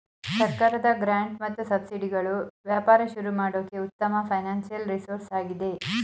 ಸರ್ಕಾರದ ಗ್ರಾಂಟ್ ಮತ್ತು ಸಬ್ಸಿಡಿಗಳು ವ್ಯಾಪಾರ ಶುರು ಮಾಡೋಕೆ ಉತ್ತಮ ಫೈನಾನ್ಸಿಯಲ್ ರಿಸೋರ್ಸ್ ಆಗಿದೆ